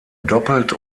doppelt